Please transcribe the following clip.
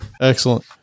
Excellent